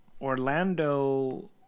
Orlando